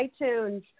iTunes